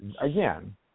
again